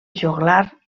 joglar